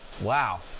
Wow